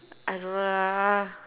I don't know lah